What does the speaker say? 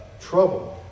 trouble